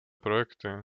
projekty